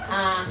ah